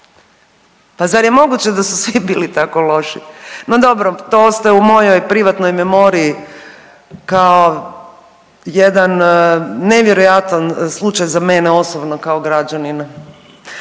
Pa zar je moguće da su svi bili tako loši? No dobro, to ostaje u mojoj privatnoj memoriji kao jedan nevjerojatan slučaj za mene osobno kao građanina.